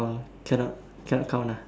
cannot cannot count ah